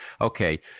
okay